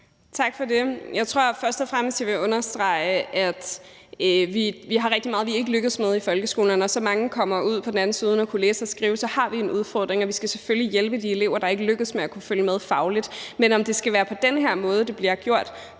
Tak for det. Jeg tror først og fremmest, jeg vil understrege, at vi har rigtig meget, vi ikke lykkes med i folkeskolen, og at når så mange kommer ud på den anden side uden at kunne læse og skrive, så har vi en udfordring, og vi skal selvfølgelig hjælpe de elever, der ikke lykkes med at følge med fagligt. Men at det skal være på den her måde, det bliver gjort,